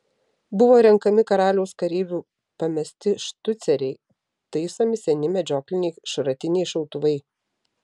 buvo renkami karaliaus kareivių pamesti štuceriai taisomi seni medžiokliniai šratiniai šautuvai